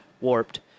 warped